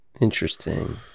Interesting